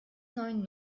neuen